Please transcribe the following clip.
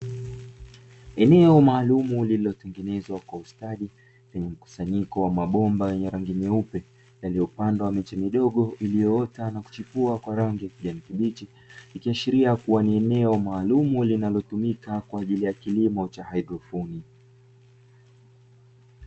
Eneo maalumu lililotengenezwa kwa ustadi lenye mkusanyiko wa mabomba ya rangi nyeupe yaliyopandwa miche midogo iliyoita na kuchipua kwa rangi ya kijani kibichi, ikiashiria kuwa ni eneo maalumu linalotumika kwa ajili ya kilimo cha haidroponi.